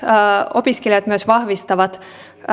opiskelijat myös vahvistavat